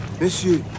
Monsieur